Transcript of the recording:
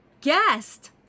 Guest